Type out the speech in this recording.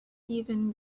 even